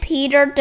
Peter